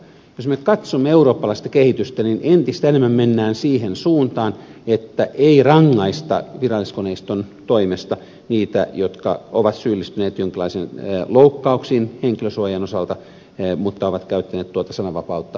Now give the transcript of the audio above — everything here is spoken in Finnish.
jos me katsomme eurooppalaista kehitystä niin entistä enemmän mennään siihen suuntaan että ei rangaista viralliskoneiston toimesta niitä jotka ovat syyllistyneet jonkinlaisiin loukkauksiin henkilösuojan osalta mutta ovat käyttäneet tuota sananvapautta hyväkseen